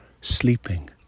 sleeping